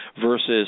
versus